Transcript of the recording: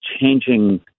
changing